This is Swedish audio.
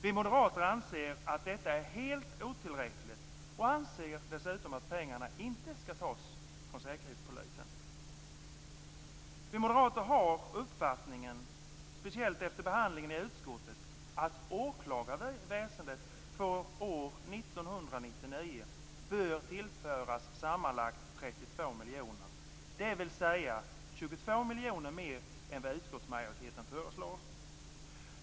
Vi moderater tycker att detta är helt otillräckligt och anser dessutom att pengarna inte skall tas från Säkerhetspolisen. Vi moderater har uppfattningen, speciellt efter behandlingen i utskottet, att åklagarväsendet för år 1999 bör tillföras sammanlagt 32 miljoner, dvs. 22 miljoner mer än vad utskottsmajoriteten föreslår.